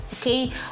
okay